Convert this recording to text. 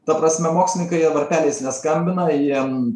ta prasme mokslininkai jie varpeliais neskambina jiem